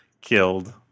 killed